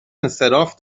انصراف